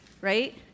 right